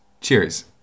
Cheers